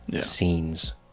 scenes